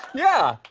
yeah.